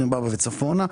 2024 וצפונה,